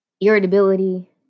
irritability